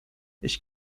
ich